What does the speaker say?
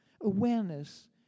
awareness